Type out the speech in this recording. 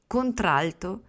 Contralto